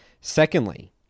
Secondly